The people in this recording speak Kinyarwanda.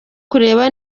kureba